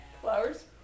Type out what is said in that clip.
Flowers